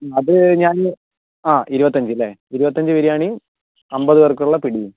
അത് ഞാന്ന് ആ ഇരുപത്തഞ്ച്ല്ലേ ഇരുപത്തഞ്ച് ബിരിയാണീം അമ്പത് പേർക്കുള്ള പിടീം